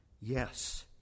Yes